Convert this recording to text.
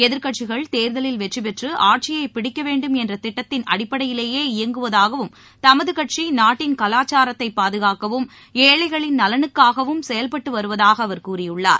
எதிர்க்கட்சிகள் தேர்தலில் வெற்றி பெற்று ஆட்சியைப் பிடிக்க வேண்டும் என்ற திட்டத்தின் அடிப்படையிலேயே இயங்குவதாகவும் தமது கட்சி நாட்டின் கலாச்சாரத்தை பாதகாக்கவும் ஏழைகளின் நலனுக்காகவும் செயல்பட்டு வருவதாக அவர் கூறியுள்ளார்